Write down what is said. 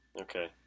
Okay